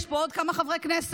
יש פה עוד כמה חברי כנסת,